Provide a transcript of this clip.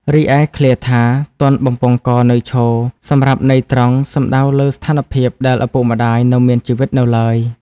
រីឯ ឃ្លាថា ទាន់បំពង់ករនៅឈរ សម្រាប់ន័យត្រង់ សំដៅលើស្ថានភាពដែលឪពុកម្តាយនៅមានជីវិតនៅឡើយ។